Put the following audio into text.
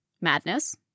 madness